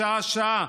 שעה-שעה.